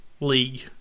League